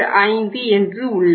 75 என்று உள்ளன